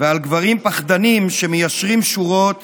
ועל גברים פחדנים שמיישרים שורות